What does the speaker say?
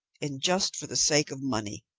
and just for the sake of money!